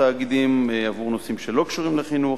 תאגידים עבור נושאים שאינם קשורים לחינוך,